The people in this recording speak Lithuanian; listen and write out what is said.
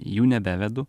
jų nebevedu